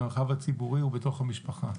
במרחב הציבורי ובתוך המשפחה.